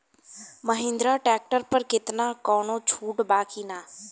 Mahindra tractor पर केतना कौनो छूट बा कि ना?